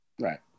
Right